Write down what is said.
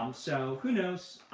um so who knows?